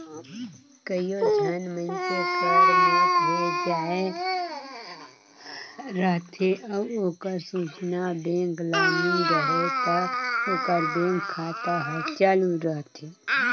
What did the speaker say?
कइयो झन मइनसे कर मउत होए जाए रहथे अउ ओकर सूचना बेंक ल नी रहें ता ओकर बेंक खाता हर चालू रहथे